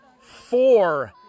four